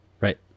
Right